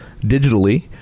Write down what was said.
Digitally